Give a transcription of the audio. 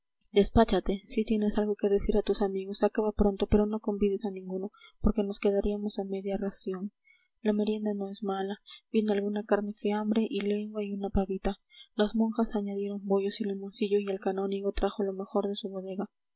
despáchate si tienes algo que decir a tus amigos acaba pronto pero no convides a ninguno porque nos quedaríamos a media ración la merienda no es mala viene alguna carne fiambre y lengua y una pavita las monjas añadieron bollos y limoncillos y el canónigo trajo lo mejor de su bodega